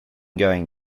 going